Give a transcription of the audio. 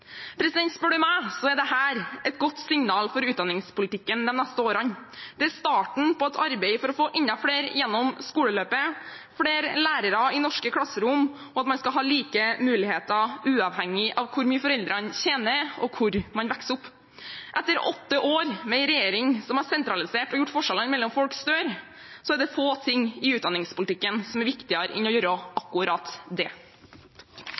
er dette et godt signal for utdanningspolitikken de neste årene. Det er starten på et arbeid for å få enda flere gjennom skoleløpet, flere lærere i norske klasserom og at man skal ha like muligheter uavhengig av hvor mye foreldrene tjener, og hvor man vokser opp. Etter åtte år med en regjering som har sentralisert og gjort forskjellene mellom folk større, er det få ting i utdanningspolitikken som er viktigere enn å gjøre akkurat det.